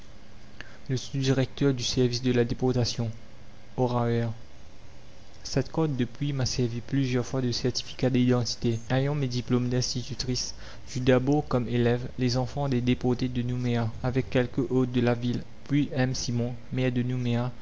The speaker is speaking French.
le sous-directeur du service de la déportation cette carte depuis m'a servi plusieurs fois de certificat d'identité ayant mes diplômes d'institutrice j'eus d'abord comme élèves les enfants des déportés de nouméa avec quelques autres de la ville puis m simon maire de nouméa